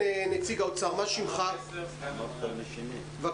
אני רוצה להתחיל מהדברים האחרונים --- אדוני היושב ראש,